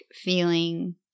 feeling